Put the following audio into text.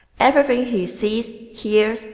everything he sees, hears,